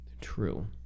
True